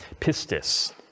pistis